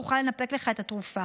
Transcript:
אוכל לנפק לך את התרופה.